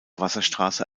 wasserstraße